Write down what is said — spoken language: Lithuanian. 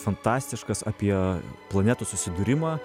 fantastiškas apie planetų susidūrimą